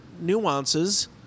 nuances